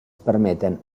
permeten